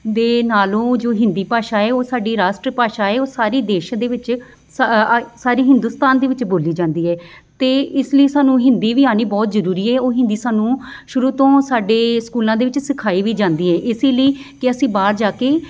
ਦੇ ਨਾਲੋਂ ਜੋ ਹਿੰਦੀ ਭਾਸ਼ਾ ਹੈ ਉਹ ਸਾਡੀ ਰਾਸ਼ਟਰ ਭਾਸ਼ਾ ਹੈ ਉਹ ਸਾਰੀ ਦੇਸ਼ ਦੇ ਵਿੱਚ ਸ ਈ ਸਾਰੀ ਹਿੰਦੁਸਤਾਨ ਦੇ ਵਿੱਚ ਬੋਲੀ ਜਾਂਦੀ ਹੈ ਅਤੇ ਇਸ ਲਈ ਸਾਨੂੰ ਹਿੰਦੀ ਵੀ ਆਉਣੀ ਬਹੁਤ ਜ਼ਰੂਰੀ ਹੈ ਉਹ ਹਿੰਦੀ ਸਾਨੂੰ ਸ਼ੁਰੂ ਤੋਂ ਸਾਡੇ ਸਕੂਲਾਂ ਦੇ ਵਿੱਚ ਸਿਖਾਈ ਵੀ ਜਾਂਦੀ ਹੈ ਇਸ ਲਈ ਕਿ ਅਸੀਂ ਬਾਹਰ ਜਾ ਕੇ